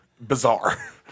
bizarre